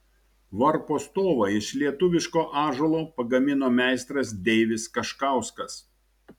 varpo stovą iš lietuviško ąžuolo pagamino meistras deivis kaškauskas